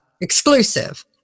exclusive